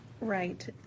Right